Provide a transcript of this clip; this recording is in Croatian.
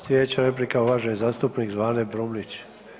Sljedeća replika uvaženi zastupnik Zvane Brumnić.